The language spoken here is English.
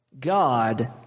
God